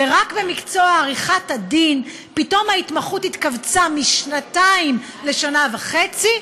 ורק במקצוע עריכת הדין פתאום ההתמחות התכווצה משנתיים לשנה וחצי,